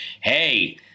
hey